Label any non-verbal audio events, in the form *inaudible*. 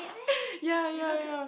*noise* ya ya ya